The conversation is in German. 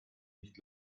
nicht